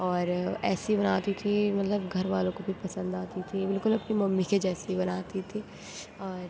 اور ایسی بناتی تھی مطلب گھر والوں کو بھی پسند آتی تھی بالکل اپنی ممی کے جیسی بناتی تھی اور